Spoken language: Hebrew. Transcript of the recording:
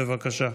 בבקשה.